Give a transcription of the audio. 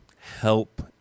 help